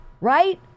right